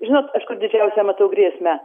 žinot aš kur didžiausią matau grėsmę